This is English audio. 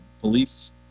police